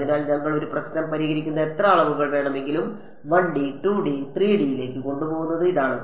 അതിനാൽ ഞങ്ങൾ ഒരു പ്രശ്നം പരിഹരിക്കുന്ന എത്ര അളവുകൾ വേണമെങ്കിലും 1D 2D 3D ലേക്ക് കൊണ്ടുപോകുന്നത് ഇതാണ്